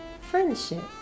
friendship